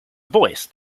voice